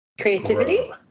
Creativity